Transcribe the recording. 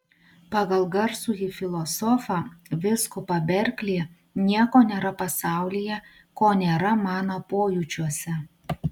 pagal garsųjį filosofą vyskupą berklį nieko nėra pasaulyje ko nėra mano pojūčiuose